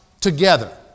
together